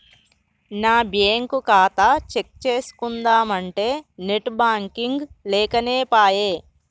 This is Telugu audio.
నా బ్యేంకు ఖాతా చెక్ చేస్కుందామంటే నెట్ బాంకింగ్ లేకనేపాయె